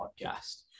podcast